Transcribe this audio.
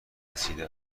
رسیده